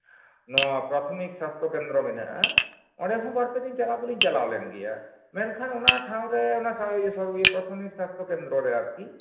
ᱱᱚᱣᱟ ᱯᱨᱟᱛᱷᱚᱢᱤᱠ ᱥᱟᱥᱛᱷᱚ ᱠᱮᱱᱫᱨᱚ ᱢᱮᱱᱟᱜᱼᱟ ᱚᱸᱰᱮ ᱦᱚᱸ ᱵᱟᱨ ᱯᱮ ᱫᱤᱱ ᱪᱟᱞᱟᱣ ᱫᱚᱞᱤᱧ ᱪᱟᱞᱟᱣ ᱞᱮᱱ ᱜᱮᱭᱟ ᱢᱮᱱᱠᱷᱟᱱ ᱚᱱᱟ ᱴᱷᱟᱶ ᱨᱮ ᱚᱱᱟ ᱯᱨᱟᱛᱷᱚᱢᱤᱠ ᱥᱟᱥᱛᱷᱚ ᱠᱮᱱᱫᱨᱚ ᱨᱮ ᱟᱨᱠᱤ